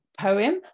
poem